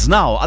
Now